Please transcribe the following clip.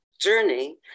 journey